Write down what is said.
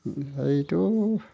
ओमफ्रायथ'